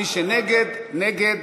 מי שנגד, נגד.